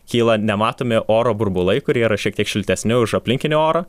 kyla nematomi oro burbulai kurie yra šiek tiek šiltesni už aplinkinį orą